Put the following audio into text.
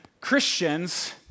Christians